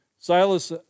Silas